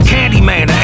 Candyman